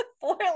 four